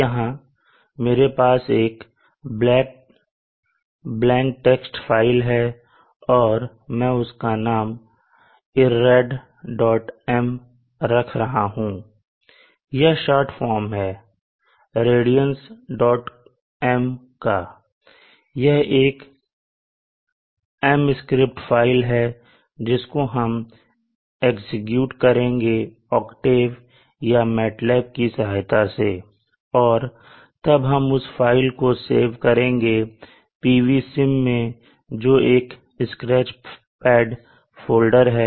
यहां मेरे पास एक ब्लैंक टेक्स्ट फाइल है और मैं उसका नाम irradm रख रहा हूं यह शॉर्ट फॉर्म है रेडियंस डॉट एम का यह एक एम स्क्रिप्ट फाइल है जिसको हम एग्जीक्यूट करेंगे ऑक्टेव या मैटलैब की सहायता से और तब हम उस फाइल को सेव करेंगे pvsim मैं जो एक स्क्रैचपैड फोल्डर है